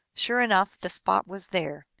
sure enough, the spot was there.